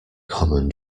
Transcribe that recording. common